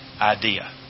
idea